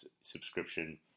subscription